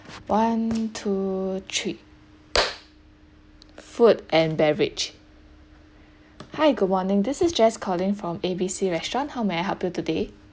one two three food and beverage hi good morning this is jess calling from A_B_C restaurant how may I help you today